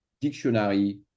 dictionary